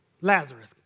Lazarus